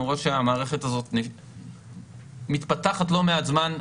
למרות שהמערכת הזאת מתפתחת לא מעט זמן,